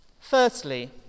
Firstly